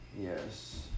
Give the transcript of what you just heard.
Yes